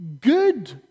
good